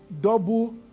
Double